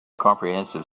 comprehensive